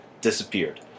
Disappeared